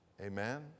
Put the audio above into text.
Amen